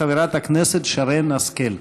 חברת הכנסת שרן השכל.